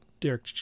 Derek